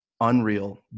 unreal